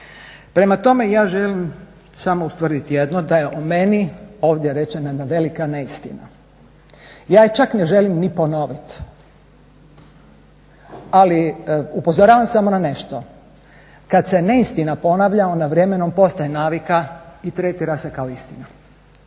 Prema tome, ja želim samo ustvrditi jedno da je o meni ovdje rečena jedna velika neistina. Ja je čak ne želim ni ponovit, ali upozoravam samo na nešto. Kad se neistina ponavlja ona vremenom postaje navika i tretira se kao istina.